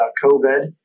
COVID